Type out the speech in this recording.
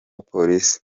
polisi